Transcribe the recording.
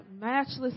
matchless